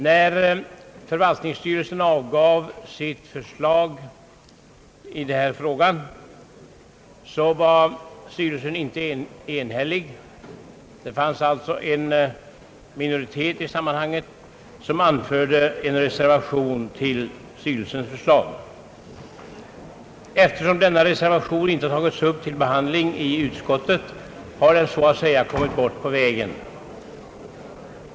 När förvaltningskontorets styrelse avgav sitt förslag i ärendet var styrelsen inte enhällig. Det fanns en minoritet som anförde en reservation till styrelsens förslag. Eftersom denna reservation inte har tagits upp till behandling i utskottet, har den så att säga kommit bort på vägen.